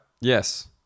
Yes